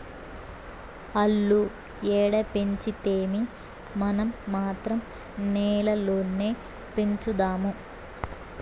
ఆల్లు ఏడ పెంచితేమీ, మనం మాత్రం నేల్లోనే పెంచుదాము